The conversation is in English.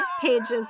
pages